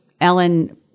Ellen